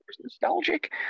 nostalgic